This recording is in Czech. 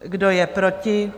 Kdo je proti?